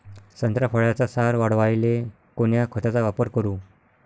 संत्रा फळाचा सार वाढवायले कोन्या खताचा वापर करू?